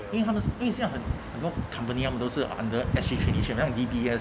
因为他们是因为是要很多 company 们都是 under S_G traineeship 那有 D_B_S